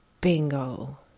Bingo